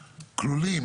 כלולים,